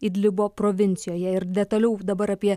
idlibo provincijoje ir detaliau dabar apie